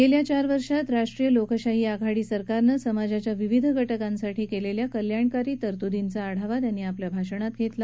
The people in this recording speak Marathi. गेल्या चार वर्षात राष्ट्रीय लोकशाही आघाडी सरकारनं समाजाच्या विविध घटकांसाठी केलेल्या कल्याणकारी तरतूदींचा आढावा त्यांनी आपल्या भाषणात घेतला